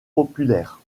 populaire